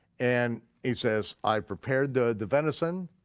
and he says, i've prepared the the venison,